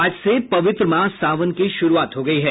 आज से पवित्र माह सावन की शुरूआत हो गयी है